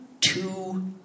Two